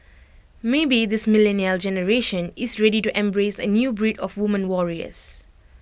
maybe this millennial generation is ready to embrace A new breed of women warriors